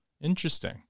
interesting